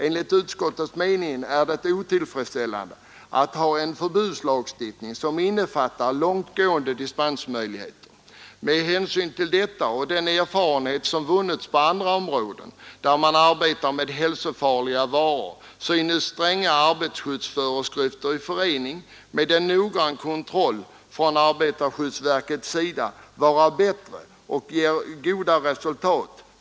Enligt utskottets mening är det otillfredsställande att ha en förbudslagstiftning som innefattar långtgående dispensmöjligheter. Med hänsyn till detta och till den erfarenhet som vunnits på andra områden där man arbetar med hälsofarligt material synes stränga arbetarskyddsföreskrifter i förening med en noggrann kontroll från arbetarskyddsverkets sida vara bättre och ge goda resultat.